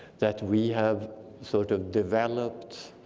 that we have sort of developed